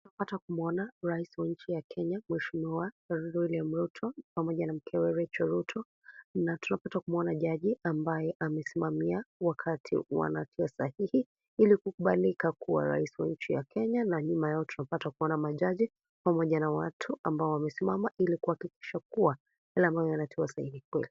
Tunapata kumwona Rais wa nchi ya Kenya mheshimiwa William Ruto pamoja na mkewe Rachel Ruto na tunapata kumwona jaji ambaye amesimamia wakati wanavyo sahihi. Ilikubalika kuwa Rais wa nchi ya Kenya na nyuma yao tunapata kuona majaji pamoja na watu ambao wamesimama Ili kuhakikisha kuwa Yale ambayo yanawekwa sahihi ni ukweli.